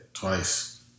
Twice